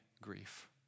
grief